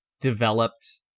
developed